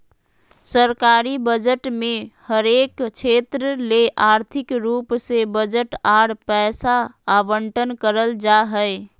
सरकारी बजट मे हरेक क्षेत्र ले आर्थिक रूप से बजट आर पैसा आवंटन करल जा हय